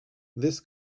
this